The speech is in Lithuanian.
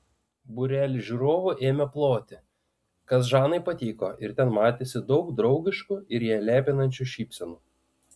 būrelis žiūrovų ėmė ploti kas žanai patiko ir ten matėsi daug draugiškų ir ją lepinančių šypsenų